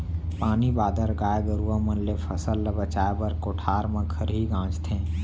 पानी बादर, गाय गरूवा मन ले फसल ल बचाए बर कोठार म खरही गांजथें